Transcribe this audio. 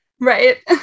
Right